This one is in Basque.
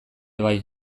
bai